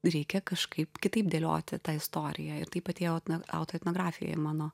reikia kažkaip kitaip dėlioti tą istoriją ir taip atėjau į auto autoetnografiją mano